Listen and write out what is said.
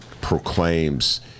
proclaims